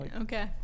Okay